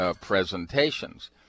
presentations